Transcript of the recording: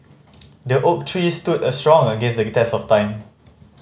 the oak tree stood a strong against the test of time